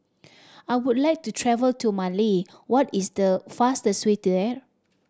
I would like to travel to Mali what is the fastest way there